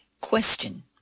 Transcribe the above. Question